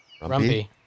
Rumpy